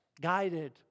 guided